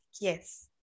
Yes